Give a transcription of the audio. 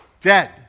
Dead